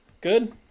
Good